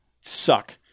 suck